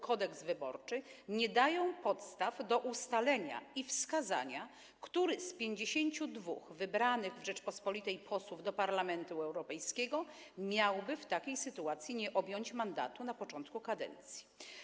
Kodeks wyborczy nie dają podstaw do ustalenia i wskazania, który z 52 wybranych w Rzeczypospolitej posłów do Parlamentu Europejskiego miałby w takiej sytuacji nie objąć mandatu na początku kadencji.